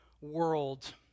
world